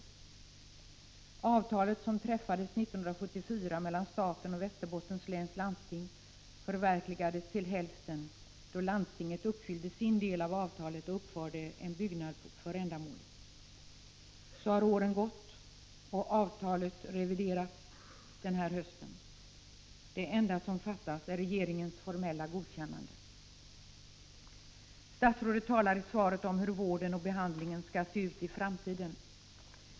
Det avtal som träffades 1974 mellan staten och Västerbottens läns landsting förverkligades till hälften då landstinget uppfyllde sin del av avtalet och uppförde en byggnad för ändamålet. Så har åren gått, och avtalet har reviderats denna höst. Det enda som fattas är regeringens formella godkännande. Statsrådet talar i svaret om hur vården och behandlingen skall se ut i framtiden.